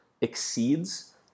exceeds